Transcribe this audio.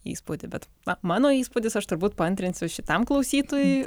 įspūdį bet na mano įspūdis aš turbūt paantrinsiu šitam klausytojui